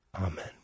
Amen